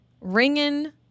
ringing